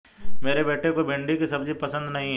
मेरे बेटे को भिंडी की सब्जी पसंद नहीं है